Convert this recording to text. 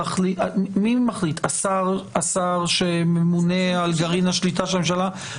מי מחליט, השר שממונה על גרעין השליטה של הממשלה?